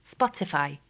Spotify